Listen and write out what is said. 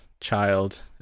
child